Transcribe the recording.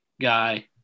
guy